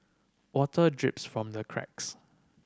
water drips from the cracks